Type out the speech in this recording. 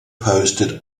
posted